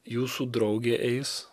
jūsų draugė eis